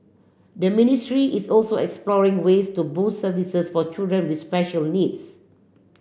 the ministry is also exploring ways to boost services for children with special needs